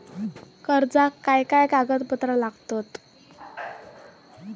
कर्जाक काय काय कागदपत्रा लागतत?